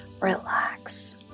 relax